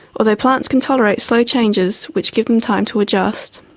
although plants can tolerate slow changes which give them time to adjust.